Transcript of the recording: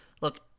Look